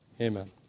Amen